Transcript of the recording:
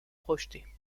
projetée